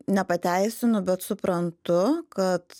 nepateisinu bet suprantu kad